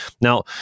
Now